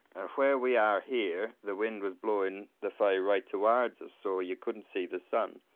and where we are here the wind was blowing the fire right towards us so you couldn't see the sun.